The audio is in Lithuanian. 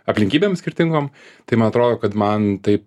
aplinkybėm skirtingom tai man atrodo kad man tai